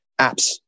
apps